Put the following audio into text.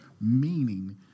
meaning